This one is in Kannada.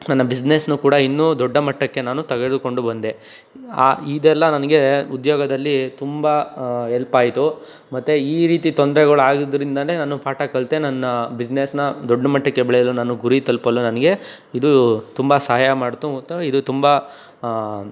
ನನ್ನ ಬಿಸ್ನೆಸ್ನು ಕೂಡ ಇನ್ನೂ ದೊಡ್ಡ ಮಟ್ಟಕ್ಕೆ ನಾನು ತಗೆದುಕೊಂಡು ಬಂದೆ ಆ ಇದೆಲ್ಲ ನನಗೆ ಉದ್ಯೋಗದಲ್ಲಿ ತುಂಬ ಎಲ್ಪ್ ಆಯಿತು ಮತ್ತೆ ಈ ರೀತಿ ತೊಂದರೆಗಳಾಗೋದ್ರಿಂದಲೇ ನಾನು ಪಾಠ ಕಲಿತೆ ನನ್ನ ಬಿಸ್ನೆಸ್ನ ದೊಡ್ಡ ಮಟ್ಟಕ್ಕೆ ಬೆಳೆಯಲು ನಾನು ಗುರಿ ತಲುಪಲು ನನಗೆ ಇದು ತುಂಬ ಸಹಾಯ ಮಾಡಿತು ಮತ್ತು ಇದು ತುಂಬ